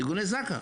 ארגוני זק"א.